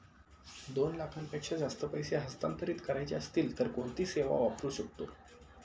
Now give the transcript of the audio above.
दोन लाखांपेक्षा जास्त पैसे हस्तांतरित करायचे असतील तर कोणती सेवा वापरू शकतो?